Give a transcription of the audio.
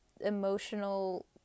emotional